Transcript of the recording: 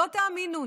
לא תאמינו,